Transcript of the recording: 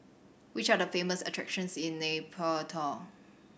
which are the famous attractions in Nay Pyi Taw